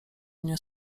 nie